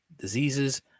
diseases